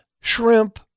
shrimp